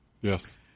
yes